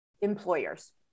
employers